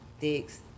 dicks